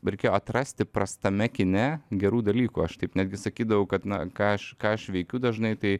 reikėjo atrasti prastame kine gerų dalykų aš taip netgi sakydavau kad na ką aš ką aš veikiu dažnai tai